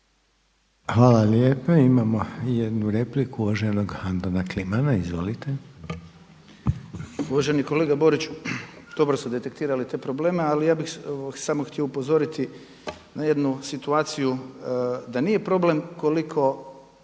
Hvala lijepa. Imamo jednu repliku uvaženog Antona Klimana. Izvolite.